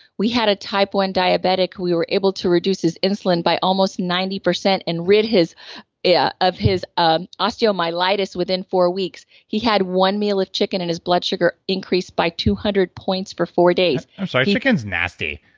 we had a type one diabetic. we were able to reduce his insulin by almost ninety percent and rid yeah of his um osteomyelitis within four weeks. he had one meal of chicken and his blood sugar increased by two hundred points for four days i'm sorry, chicken's nasty.